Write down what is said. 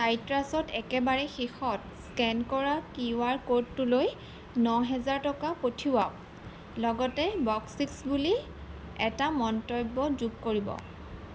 চাইট্ৰাছত একেবাৰে শেষত স্কেন কৰা কিউ আৰ ক'ডটোলৈ ন হেজাৰ টকা পঠিয়াওক লগতে বকচিচ বুলি এটা মন্তব্য যোগ কৰিব